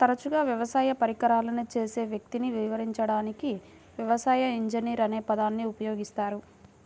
తరచుగా వ్యవసాయ పరికరాలను చేసే వ్యక్తిని వివరించడానికి వ్యవసాయ ఇంజనీర్ అనే పదాన్ని ఉపయోగిస్తారు